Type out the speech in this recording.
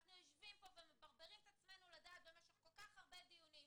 אנחנו יושבים פה ומברברים את עצמנו לדעת במשך כל כך הרבה דיונים.